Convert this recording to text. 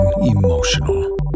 emotional